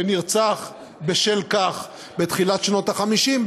שנרצח בשל כך בתחילת שנות ה-50,